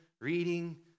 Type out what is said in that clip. reading